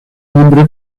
nombre